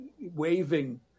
waving